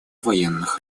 военных